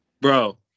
Bro